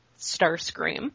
starscream